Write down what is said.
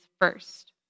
first